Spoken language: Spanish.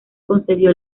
concedió